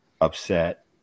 upset